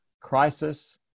crisis